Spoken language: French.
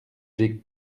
j’ai